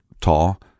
tall